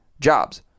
jobs